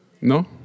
No